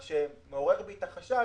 מה שמעורר בי את החשד